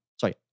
Sorry